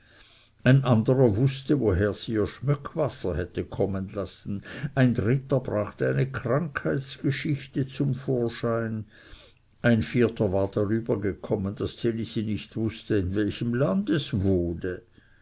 ein anderer wußte woher sie ihr schmöckwasser hätte kommen lassen ein dritter brachte eine krankheitsgeschichte zum vorschein ein vierter war darübergekommen das ds elisi nicht wußte in welchem lande es wohne